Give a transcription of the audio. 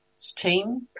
team